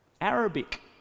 Arabic